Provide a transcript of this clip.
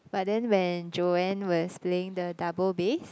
but then when Joann was playing the double bass